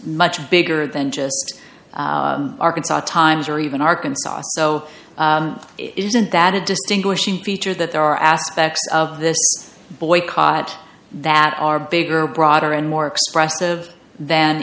much bigger than just arkansas times or even arkansas so isn't that a distinguishing feature that there are aspects of this boycott that are bigger broader and more expressive than